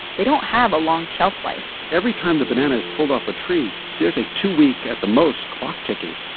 they don't have a long shelf life every time the banana is pulled off a tree, there's a two-week at the most clock ticking.